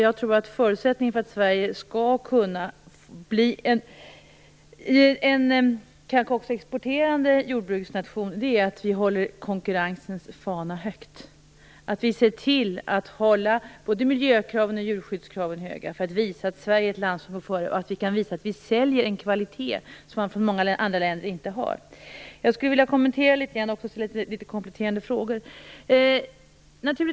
Jag tror att förutsättningen för att Sverige skall kunna bli en exporterande jordbruksnation är att vi håller konkurrensens fana högt, att vi ser till att ha höga både miljö och djurskyddskrav för att visa att Sverige är ett land som går före och som håller en kvalitet som många andra länder inte har. Jag skulle vilja kommentera debatten och ställa kompletterande frågor.